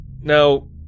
now